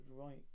right